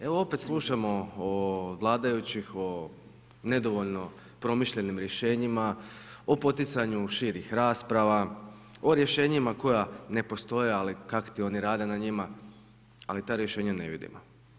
Evo opet slušamo od vladajućih o nedovoljno promišljenim rješenjima, o poticanju širih rasprava, o rješenjima koja ne postoje ali kak' ti oni rade na njima, ali ta rješenja ne vidimo.